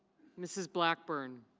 mrs. blackburn.